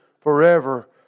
forever